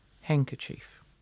handkerchief